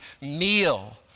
meal